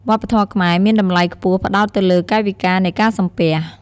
វប្បធម៌ខ្មែរមានតម្លៃខ្ពស់ផ្តោតទៅលើកាយវិការនៃការសំពះ។